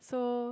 so